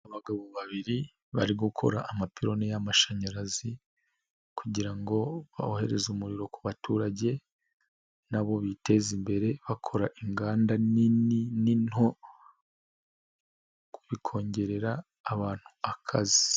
Abagabo babiri bari gukora amapirone y'amashanyarazi kugira ngo bohereze umuriro kuba baturage na bo biteze imbere bakora inganda nini n'into bikongerera abantu akazi.